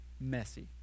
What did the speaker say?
Messy